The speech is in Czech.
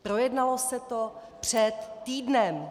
Projednalo se to před týdnem.